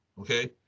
okay